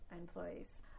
employees